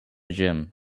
gym